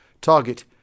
Target